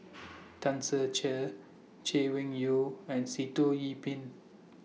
Tan Ser Cher Chay Weng Yew and Sitoh Yih Pin